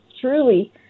truly